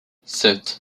sept